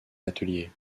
atelier